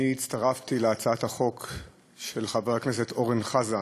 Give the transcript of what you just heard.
אני הצטרפתי להצעת החוק של חבר הכנסת אורן חזן,